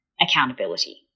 accountability